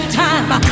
time